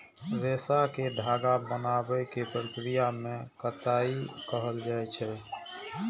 रेशा कें धागा बनाबै के प्रक्रिया कें कताइ कहल जाइ छै